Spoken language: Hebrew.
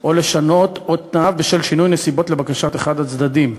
או לשנות את תנאיו בשל שינוי נסיבות לבקשת אחד הצדדים.